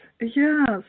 Yes